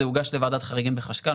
זה הוגש לוועדת חריגים בחשכ"ל,